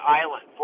island